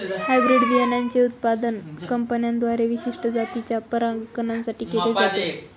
hybrid बियाणांचे उत्पादन कंपन्यांद्वारे विशिष्ट जातीच्या परागकणां साठी केले जाते